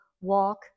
walk